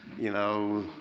you know,